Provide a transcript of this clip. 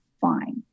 fine